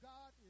God